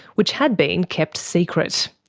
which had been kept secret.